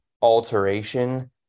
alteration